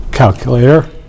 calculator